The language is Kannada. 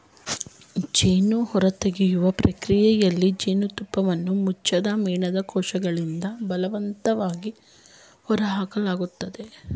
ಜೇನು ಹೊರತೆಗೆಯುವ ಪ್ರಕ್ರಿಯೆಯಲ್ಲಿ ಜೇನುತುಪ್ಪವನ್ನು ಮುಚ್ಚದ ಮೇಣದ ಕೋಶಗಳಿಂದ ಬಲವಂತವಾಗಿ ಹೊರಹಾಕಲಾಗ್ತದೆ